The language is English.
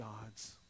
God's